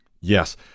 Yes